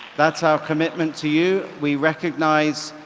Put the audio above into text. that's our commitment to you. we recognize,